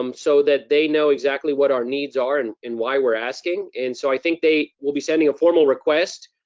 um so that they know exactly what our needs are, and and why we're asking. and so i think they will be sending a formal request